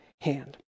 hand